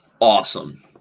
awesome